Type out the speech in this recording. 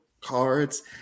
cards